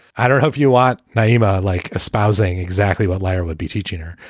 i don't have you want nyima like espousing exactly what laywer would be teaching her.